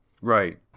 Right